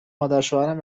مادرشوهرم